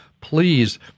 please